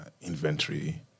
inventory